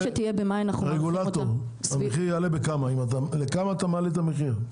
בכמה המחיר יעלה?